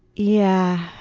yeah,